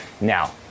Now